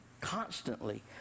constantly